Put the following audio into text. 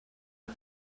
had